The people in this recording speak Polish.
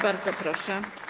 Bardzo proszę.